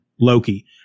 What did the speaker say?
Loki